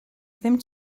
ddim